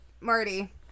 Marty